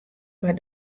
foar